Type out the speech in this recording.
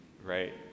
right